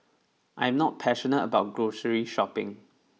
I am not passionate about grocery shopping